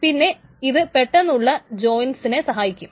പിന്നെ ഇത് പെട്ടെന്നുള്ള ജോയിൻസിനേയും സഹായിക്കും